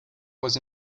was